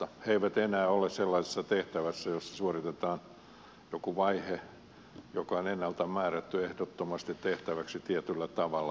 he eivät enää ole sellaisessa tehtävässä jossa suoritetaan joku vaihe joka on ennalta määrätty ehdottomasti tehtäväksi tietyllä tavalla